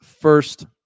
first